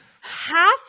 half